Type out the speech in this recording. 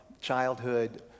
childhood